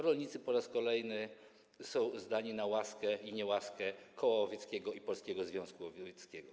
Rolnicy po raz kolejny są zdani na łaskę i niełaskę koła łowieckiego i Polskiego Związku Łowieckiego.